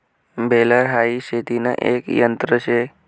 baler हाई शेतीन एक यंत्र शे